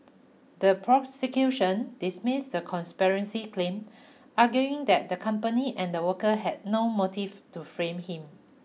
the prosecution dismissed the conspiracy claim arguing that the company and the workers had no motive to frame him